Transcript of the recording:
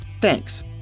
Thanks